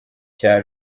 cya